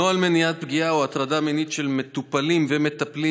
נוהל מניעת פגיעה או הטרדה מינית של מטופלים ומטפלים